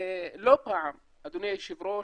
לא פעם, אדוני היושב ראש,